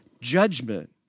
Judgment